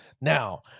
Now